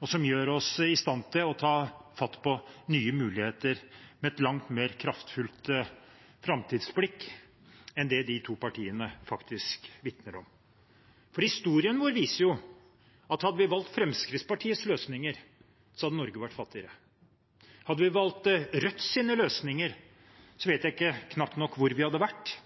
og som gjør oss i stand til å ta fatt på nye muligheter med et langt mer kraftfullt framtidsblikk enn de to partiene faktisk vitner om. Historien vår viser jo at hadde vi valgt Fremskrittspartiets løsninger, hadde Norge vært fattigere. Hadde vi valgt Rødts løsninger, vet jeg knapt nok hvor vi hadde vært.